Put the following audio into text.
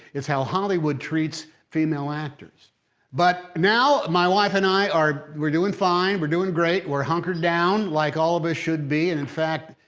it's how hollywood treats female actors but, now my wife and i are we're doing fine we're doing great. we're hunkered down like all of us should be and in fact,